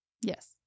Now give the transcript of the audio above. Yes